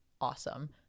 awesome